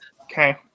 Okay